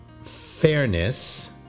fairness